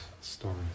stories